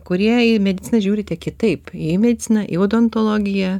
kurie į mediciną žiūrite kitaip į mediciną į odontologiją